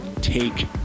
take